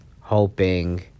hoping